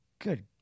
Good